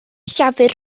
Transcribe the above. llafur